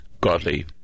godly